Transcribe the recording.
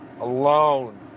alone